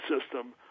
system